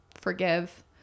forgive